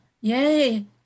yay